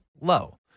low